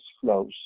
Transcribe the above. flows